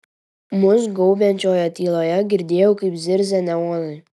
mus gaubiančioje tyloje girdėjau kaip zirzia neonai